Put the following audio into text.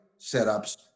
setups